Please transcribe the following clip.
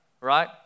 right